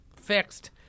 fixed